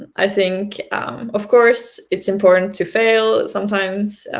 i think of course it's important to fail sometimes.